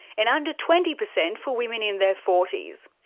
and under twenty percent for women in their forty s.